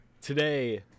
Today